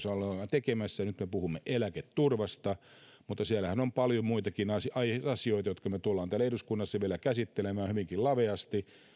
ollaan tekemässä nyt me puhumme eläketurvasta mutta siellähän on paljon muitakin asioita jotka tullaan täällä eduskunnassa vielä käsittelemään hyvinkin laveasti